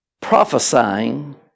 Prophesying